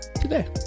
today